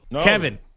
Kevin